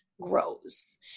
grows